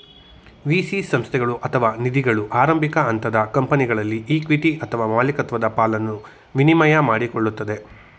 VC ಸಂಸ್ಥೆಗಳು ಅಥವಾ ನಿಧಿಗಳು ಆರಂಭಿಕ ಹಂತದ ಕಂಪನಿಗಳಲ್ಲಿ ಇಕ್ವಿಟಿ ಅಥವಾ ಮಾಲಿಕತ್ವದ ಪಾಲನ್ನ ವಿನಿಮಯ ಮಾಡಿಕೊಳ್ಳುತ್ತದೆ